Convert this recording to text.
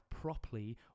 properly